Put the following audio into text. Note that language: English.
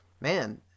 man